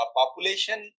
population